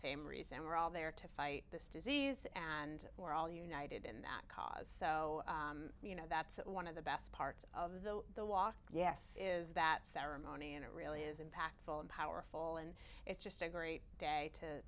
same reason we're all there to fight this disease and we're all united in that cause so you know that's one of the best parts of the the walk yes is that ceremony and it really is impactful and powerful and it's just a great day to